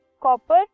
Copper